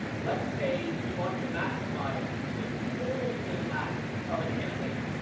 let's say you want to maximize the total impact of a campaign.